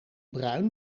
bruin